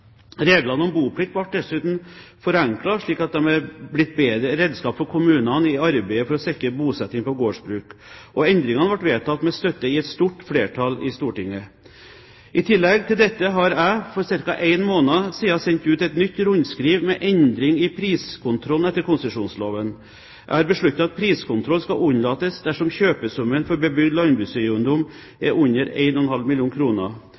Reglene om boplikt ble dessuten forenklet slik at de er blitt bedre redskap for kommunene i arbeidet for å sikre bosetting på gårdsbruk. Endringene ble vedtatt med støtte i et stort flertall i Stortinget. I tillegg til dette sendte jeg for ca. en måned siden ut et nytt rundskriv med endringer i priskontrollen etter konsesjonsloven. Jeg har besluttet at priskontroll skal unnlates dersom kjøpesummen for bebygd landbrukseiendom